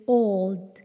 old